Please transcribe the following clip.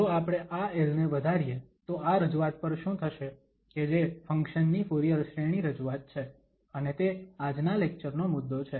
જો આપણે આ l ને વધારીએ તો આ રજૂઆત પર શું થશે કે જે ફંક્શન ની ફુરીયર શ્રેણી રજૂઆત છે અને તે આજના લેક્ચરનો મુદ્દો છે